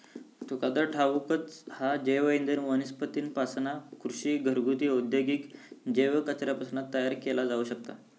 तुका तर ठाऊकच हा, जैवइंधन वनस्पतींपासना, कृषी, घरगुती, औद्योगिक जैव कचऱ्यापासना तयार केला जाऊ शकता